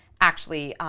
actually,